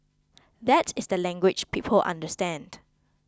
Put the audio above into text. that is the language people understand